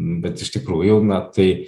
bet iš tikrųjų na tai